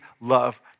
love